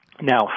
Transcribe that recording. Now